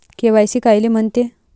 KYC कायले म्हनते?